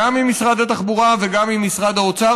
גם עם משרד התחבורה וגם עם משרד האוצר,